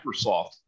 Microsoft